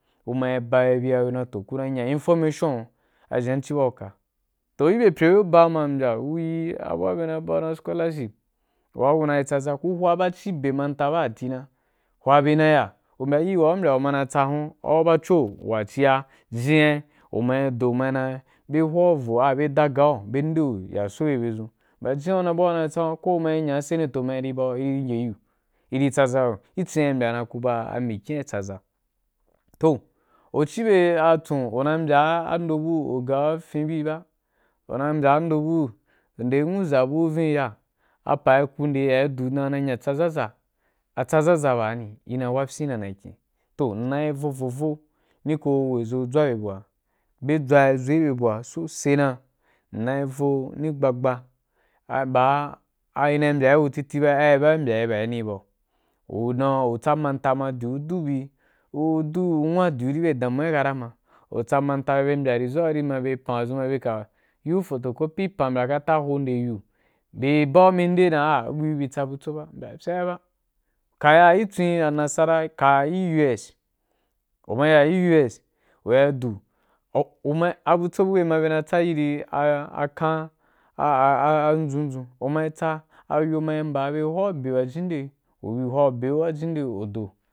Ku ma yi ba ma’iyi ya, ku ri dau kuma’i nya a information a zhen bancī bau uka. Toh a īri pyo a ba ba ma mbya ku ti a i ri abu wa bye a ba’a gu dan scholardhip roa kima tsaza, ku hwa be malta zhen ci ba ti na, hwa bi na ya u mbya irin wa ga wa ubi natsa hun au bucho wa ci ya jin ya u ma yi do umadan bye huwa u ro a a bye da ga’u, bye nde’u ya so bye bye dʒun ba jinya ku na yi tsan buwa ba, ko kuma na nya’i senato ma iri ba’u iri nde yi’u, iri tsaza’u i cin ya i mbya ku ba mikyin wa tsaza, toh u ci bye a tsun una yi mbya ando bu, y ga’u afyin bū ba, u ka na yi mbya ando bu, u nde nwuʒa bu vi ni ya, a pa yi kunde ri ya du na nya a tsaza za, a tsa za za bani, ina yi wa fyin manakin. Toh, i nayi vo vo vo ni ka wei zo dʒwa be bu wa ga bye dʒwa’i zo gi be bu ar a sosai na ina yi ro nì gba gba ba aí i na yi mbya’i bu ti ti ba ai ba ina mbya i bai ni ba gu udan u tsa manta ma du u du u nwadi’u gi be damuudi ma kata, u tsa manta’i ma bye mbya result wari ma bye pan wa dʒun ma bye ri’u tsa photocopy ma pam bya kata ma ho nde yi’u bye ri bau mí nde dan a’a ubi tsa butso ba mya fye ba. Ke ya ki tswin a nasara, ka ki us, u ma yi ya gi us u ri ya du, a butso bube ma bye na yi tsa a yiri a kan a a a dʒun dʒun, u ma tsa, a yo ma mba bye rí hwa’u abe wa jinde, u mahwa be wa jinde hdu.